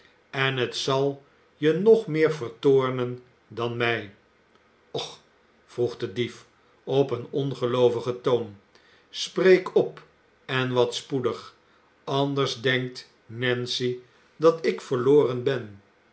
en het zal je nog meer vertoornen dan mij och vroeg de dief op een ongeloovigen toon spreek op en wat spoedig anders denkt nancy dat ik verloren ben